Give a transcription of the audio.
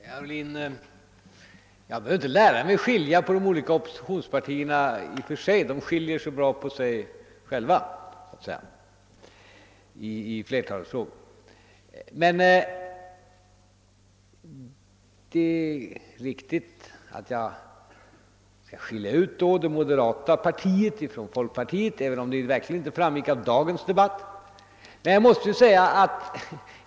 Herr talman! Jag behöver inte i och för sig lära mig att skilja på de olika oppositionspartierna — de skiljer så bra på sig själva. Men jag måste säga att det i dagens debatt verkligen inte är så lätt att göra det.